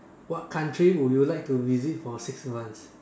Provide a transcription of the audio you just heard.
what country would you like to visit for six months